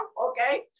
Okay